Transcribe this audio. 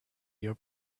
your